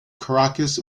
caracas